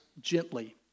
gently